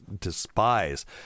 despise